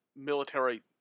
military